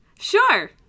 Sure